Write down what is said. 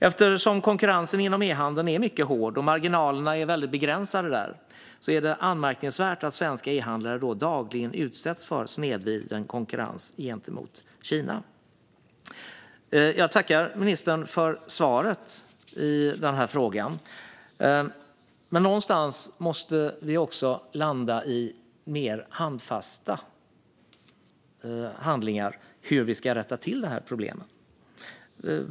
Eftersom konkurrensen inom e-handeln är mycket hård och marginalerna väldigt begränsade är det anmärkningsvärt att svenska e-handlare dagligen utsätts för snedvriden konkurrens gentemot Kina. Jag tackar ministern för svaret i den här frågan. Men någonstans måste det landa i mer handfasta handlingar för att vi ska kunna rätta till de här problemen.